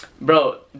bro